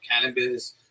cannabis